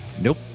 Nope